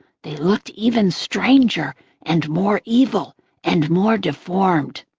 they looked even stranger and more evil and more deformed.